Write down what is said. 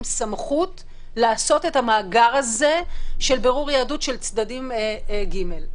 סמכות לעשות את המאגר הזה של בירור יהדות של צדדי ג'.